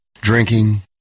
Drinking